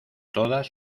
todas